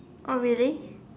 oh really